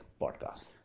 podcast